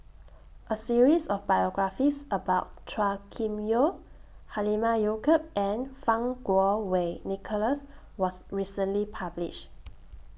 A series of biographies about Chua Kim Yeow Halimah Yacob and Fang Kuo Wei Nicholas was recently published